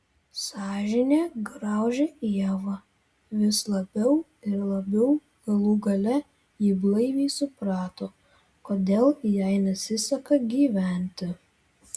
sąžinė graužė ievą vis labiau ir labiau galų gale ji blaiviai suprato kodėl jai nesiseka gyventi